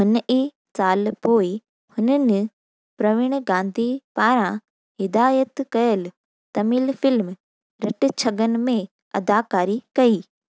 हुन ई साल पोए हुननि प्रवीण गांधी पारां हिदायत कयल तमिल फिल्म रट्छगन में अदाकारी कई